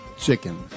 chicken